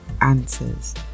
answers